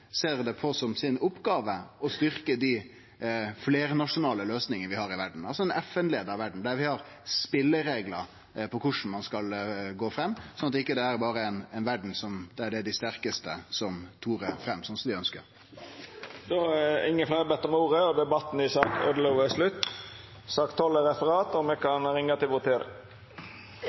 ser det som si oppgåve å styrkje dei fleirnasjonale løysingane vi har i verda, altså ei FN-leia verd der vi har spelereglar for korleis ein skal gå fram, sånn at dette ikkje berre er ei verd der det er dei sterkaste som turar fram som dei ønskjer. Fleire har ikkje bedt om ordet til sak nr. 11. Stortinget er då klar til å gå til votering